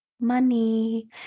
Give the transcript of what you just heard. Money